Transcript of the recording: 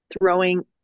throwing